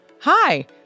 hi